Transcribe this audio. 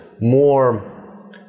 more